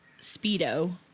Speedo